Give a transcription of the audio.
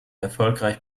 erfolgreich